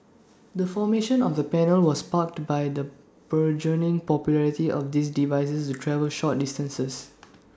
the formation of the panel was sparked by the burgeoning popularity of these devices to travel short distances